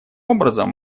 образом